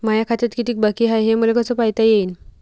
माया खात्यात कितीक बाकी हाय, हे मले कस पायता येईन?